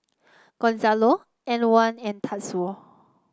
Gonzalo Antwan and Tatsuo